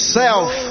self